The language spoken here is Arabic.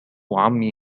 عمي